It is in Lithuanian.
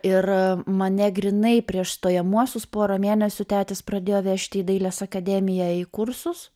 ir mane grynai prieš stojamuosius porą mėnesių tetis pradėjo vežti į dailės akademiją į kursus